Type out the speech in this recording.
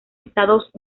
estados